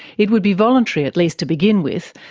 it would be voluntary, at least to begin with,